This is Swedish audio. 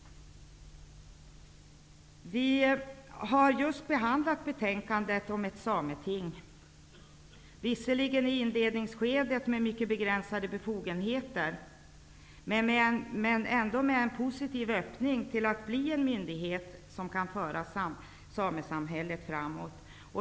Betänkandet om ett sameting har just behandlats. Sametinget har visserligen i inledningsskedet mycket begränsade befogenheter. Det finns dock en positiv öppning för att Sametinget kan bli en myndighet som kan föra samesamhället framåt.